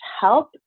help